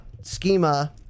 schema